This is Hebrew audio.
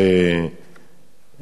בלטר-גוט